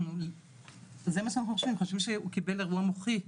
חשבו שהוא קיבל אירוע מוחי.